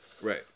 right